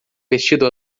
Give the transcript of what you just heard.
vestido